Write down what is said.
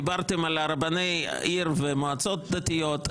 דיברתם על רבני עיר ומועצות דתיות,